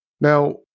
now